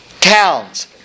towns